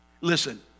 Listen